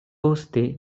poste